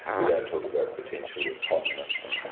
we don't talk about potential incontinence,